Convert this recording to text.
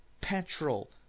petrol